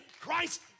Christ